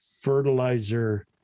fertilizer